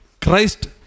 Christ